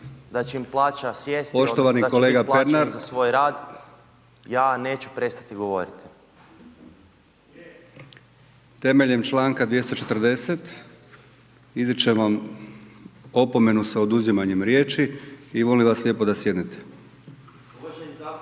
Ivan Pernar: … odnosno da će biti plaćeni za svoj rad ja neću prestati govoriti./… **Brkić, Milijan (HDZ)** Temeljem Članka 240. izričem vam opomenu sa oduzimanjem riječi i molim vas lijepo da sjednete.